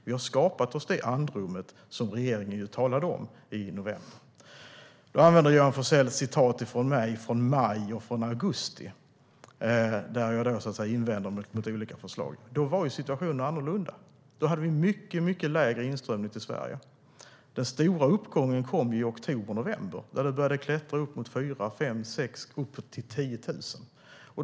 Vi har skapat oss det andrum som regeringen talade om i november. Johan Forssell använder uttalanden av mig från maj och augusti då jag invänder mot olika förslag. Men då var situationen annorlunda. Vi hade mycket lägre inströmning till Sverige. Den stora uppgången kom i oktober november när det började klättra upp mot 5 000-10 000.